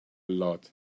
lot